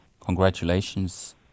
Congratulations